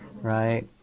right